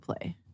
play